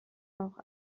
auch